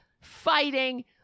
fighting